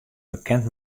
bekend